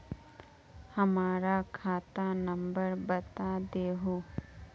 हमर खाता नंबर बता देहु?